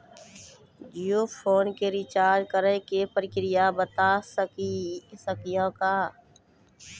Jio phone के recharge करे के का प्रक्रिया बता साकिनी का?